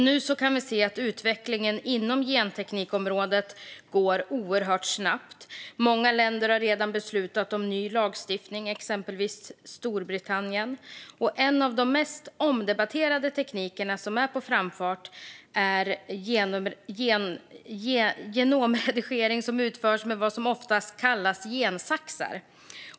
Nu kan vi se att utvecklingen inom genteknikområdet går oerhört snabbt och att många länder, exempelvis Storbritannien, redan har beslutat om ny lagstiftning. En av de mest omdebatterade teknikerna som är på framfart är genomredigering som utförs med vad som oftast kallas gensaxar.